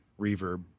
reverb